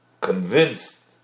convinced